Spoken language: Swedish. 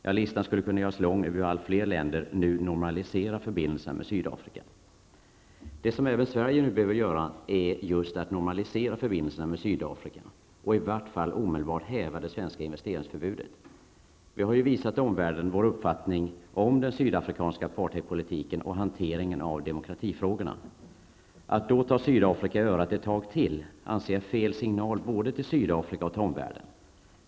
Ja, listan skulle kunna göras lång över hur allt fler länder nu normaliserar förbindelserna med Sydafrika. Det som Sverige nu behöver göra är att normalisera förbindelserna med Sydafrika och i varje fall omedelbart häva det svenska investeringsförbudet. Vi har ju visat omvärlden vår uppfattning om den sydafrikanska apartheidpolitiken och hanteringen av demokratifrågorna. Att då ta Sydafrika i örat ett tag till anser jag är fel signal både till Sydafrika och till omvärlden.